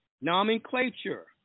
Nomenclature